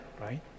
right